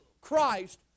Christ